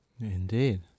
Indeed